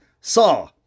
saw